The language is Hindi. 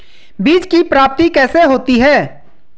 बीज की प्राप्ति कैसे होती है?